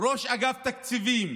ראש אגף תקציבים,